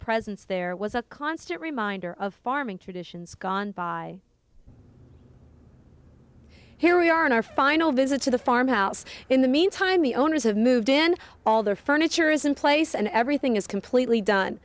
presence there was a constant reminder of farming traditions gone by here we are on our final visit to the farmhouse in the meantime the owners have moved in and all their furniture is in place and everything is completely done